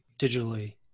digitally